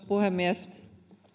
puhemies